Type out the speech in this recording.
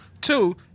two